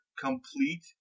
complete